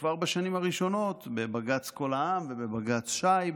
כבר בשנים הראשונות, בבג"ץ קול העם ובבג"ץ שייב,